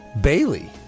Bailey